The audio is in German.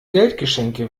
geldgeschenke